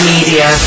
Media